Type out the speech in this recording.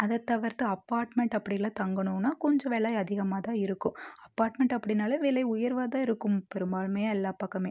அதைத்தவிர்த்து apartment அப்படியெல்லாம் தங்கணுன்னா கொஞ்சம் விலை அதிகமாக தான் இருக்கும் அபார்ட்மெண்ட் அப்படின்னாலே விலை உயர்வாக தான் இருக்கும் பெரும்பாலுமே எல்லா பக்கமே